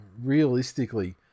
realistically